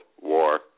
War